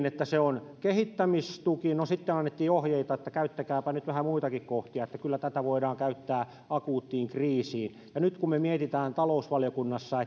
että se on kehittämistuki no sitten annettiin ohjeita että käyttäkääpä nyt vähän muitakin kohtia että kyllä tätä voidaan käyttää akuuttiin kriisiin nyt kun me mietimme talousvaliokunnassa